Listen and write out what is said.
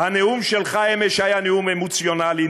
הנאום שלך היה אמש נאום אמוציונלי,